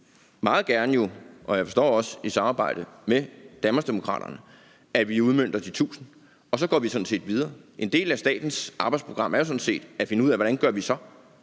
meget gerne, og det forstår jeg også, i et samarbejde med Danmarksdemokraterne, og så går vi sådan set videre. En del af statens arbejdsprogram er jo sådan set at finde ud af, hvordan vi så